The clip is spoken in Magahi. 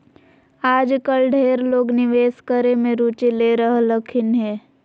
आजकल ढेर लोग निवेश करे मे रुचि ले रहलखिन हें